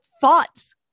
thoughts